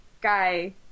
guy